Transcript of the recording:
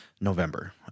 November